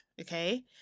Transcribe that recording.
Okay